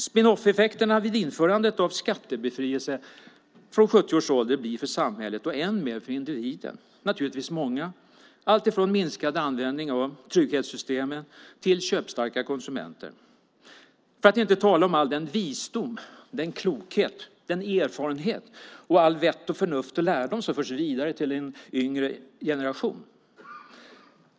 Spin-off-effekterna vid införandet av skattebefrielse från 70 års ålder blir för samhället, och än mer för individen, naturligtvis många, allt från minskad användning av trygghetssystemen till köpstarka konsumenter, för att inte tala om all den visdom, den klokhet, den erfarenhet och allt vett och förnuft och lärdom som förs vidare till en yngre generation.